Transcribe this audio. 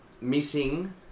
missing